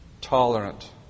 tolerant